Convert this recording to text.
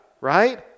right